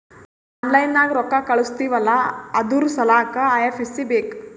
online ನಾಗ್ ರೊಕ್ಕಾ ಕಳುಸ್ತಿವ್ ಅಲ್ಲಾ ಅದುರ್ ಸಲ್ಲಾಕ್ ಐ.ಎಫ್.ಎಸ್.ಸಿ ಬೇಕ್